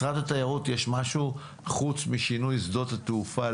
משרד התיירות, יש משהו חוץ משינוי שדות התעופה?